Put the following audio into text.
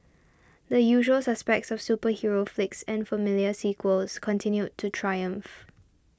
the usual suspects of superhero flicks and familiar sequels continued to triumph